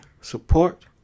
support